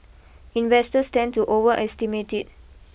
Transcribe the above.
investors tend to overestimate it